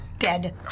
Dead